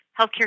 healthcare